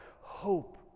hope